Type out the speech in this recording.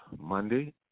Monday